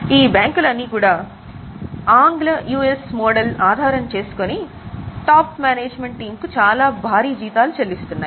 ఈ బ్యాంకులు అన్నీ కూడా ఆంగ్ల యుఎస్ మోడల్ ఆధారం చేసుకొని టాప్ మేనేజ్మెంట్ టీం కు చాలా భారీ జీతం చెల్లిస్తున్నాయి